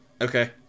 Okay